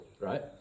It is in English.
right